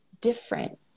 different